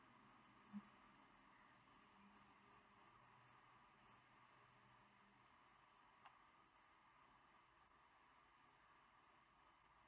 uh yeah